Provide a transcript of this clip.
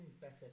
better